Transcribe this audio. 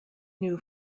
new